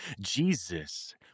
Jesus